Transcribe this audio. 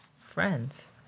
friends